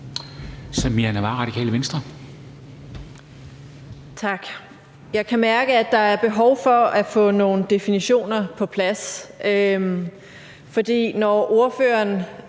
Samira Nawa (RV): Tak. Jeg kan mærke, at der er behov for at få nogle definitioner på plads, for når ordføreren